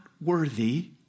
worthy